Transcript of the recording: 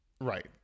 Right